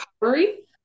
recovery